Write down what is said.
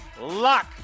luck